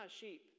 sheep